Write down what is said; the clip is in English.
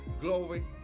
Glory